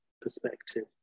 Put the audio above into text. perspective